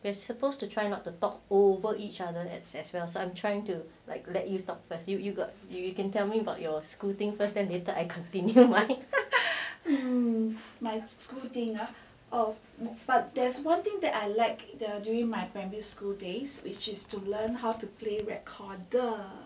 we are supposed to try not to talk over each other as well so I'm trying to like let you talk first you you got you you can tell me about your school thing first then later I continue